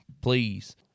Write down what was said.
please